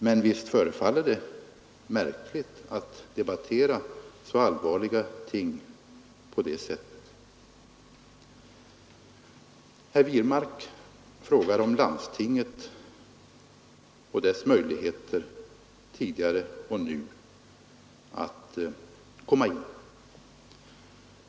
Men visst förefaller det märkligt att debattera så allvarliga ting på det sättet Herr Wirmark frågar om landstinget och dess möjligheter tidigare och nu att komma in.